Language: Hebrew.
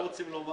הוא לא מושלם.